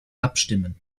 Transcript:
abstimmen